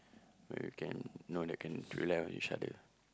but we can no one can do that each other